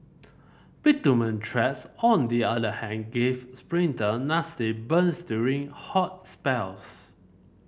bitumen tracks on the other hand gave sprinter nasty burns during hot spells